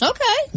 Okay